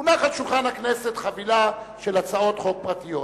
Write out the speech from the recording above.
הונחה על שולחן הכנסת חבילה של הצעות חוק פרטיות.